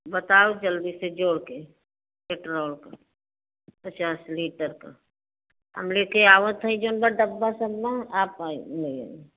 बताओ जल्दी से जोड़ के पेट्रोल का पचास लीटर का हम लेके आवत हई जोन बा डब्बा सब्बा आप आई दो